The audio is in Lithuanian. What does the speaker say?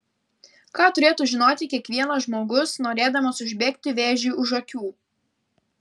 ką turėtų žinoti kiekvienas žmogus norėdamas užbėgti vėžiui už akių